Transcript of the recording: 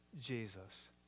Jesus